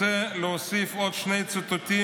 אני רוצה להוסיף עוד שני ציטוטים,